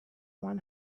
one